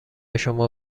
شما